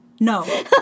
No